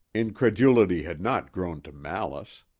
incredulity had not grown to malice.